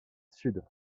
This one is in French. sud